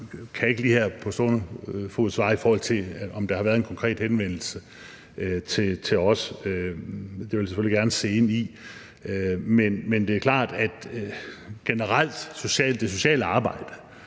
Jeg kan ikke lige her på stående fod svare på, om der har været en konkret henvendelse til os. Det vil jeg selvfølgelig gerne se ind i. Men det er klart, at det sociale arbejde